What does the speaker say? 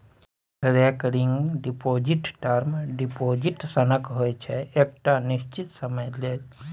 recurring deposit term deposit सनक होइ छै एकटा निश्चित समय लेल